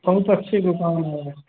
बहुत अच्छी दुकान है